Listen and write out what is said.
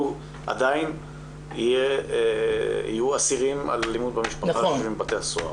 עדיין יהיו אסירים על אלימות במשפחה שיושבים בבתי הסוהר